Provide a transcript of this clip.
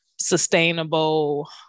sustainable